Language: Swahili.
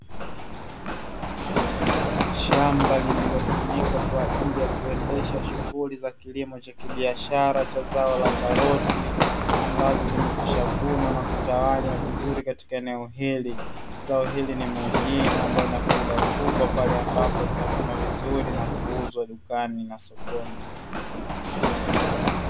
Shamba lililotumika kwa ajili ya kuendesha shughuli za kilimo cha kibiashara cha zao la karoti ambazo zimekwishavunwa na kutawanywa vizuri katika eneo hili, zao hili ni muhimu ambalo lina faida kubwa pale ambapo litavunwa vizuri na kuuzwa dukani na sokoni.